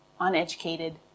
uneducated